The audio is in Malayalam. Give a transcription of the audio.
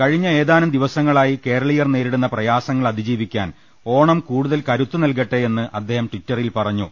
കഴിഞ്ഞ ഏതാനും ദിവസങ്ങളായി കേരളീയർ നേരിടുന്ന പ്രയാസങ്ങൾ അതിജീവിക്കാൻ ഓണം കൂടുതൽ കരുത്ത് നൽകട്ടെ യെന്ന് അദ്ദേഹം ട്വിറ്ററിൽ പറഞ്ഞു